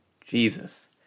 Jesus